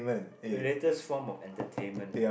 the latest form of entertainment